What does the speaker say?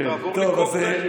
מהבמה.